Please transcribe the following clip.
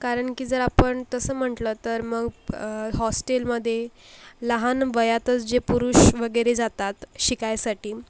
कारण की जर आपण तसं म्हंटलं तर मग हॉस्टेलमध्ये लहान वयातच जे पुरुष वगैरे जातात शिकायसाठी